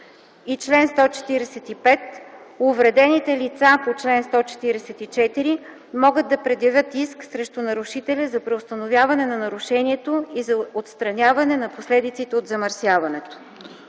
Чл. 145. Увредените лица по чл. 144 могат да предявят иск срещу нарушителя за преустановяване на нарушението и за отстраняване на последиците от замърсяването.”